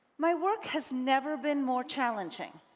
my work has never been more challenging.